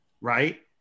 right